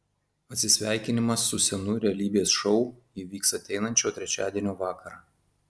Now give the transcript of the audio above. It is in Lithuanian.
atsisveikinimas su senu realybės šou įvyks ateinančio trečiadienio vakarą